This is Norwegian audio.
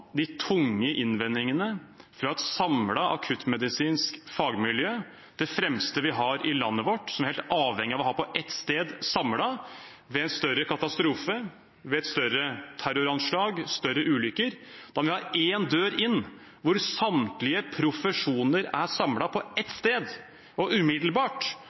de tunge innvendingene fra et samlet akuttmedisinsk fagmiljø, det fremste vi har i landet vårt, og som vi er helt avhengig av å ha på ett sted samlet. Ved en større katastrofe, ved et større terroranslag, ved større ulykker, må vi ha én dør inn, hvor samtlige profesjoner er samlet på ett sted og umiddelbart